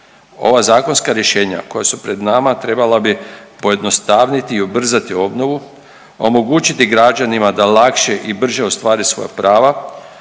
Ova zakonska rješenja koja su pred nama trebala bi pojednostavniti i ubrzati obnovu, omogućiti građanima da lakše i brže ostvare svoja prava,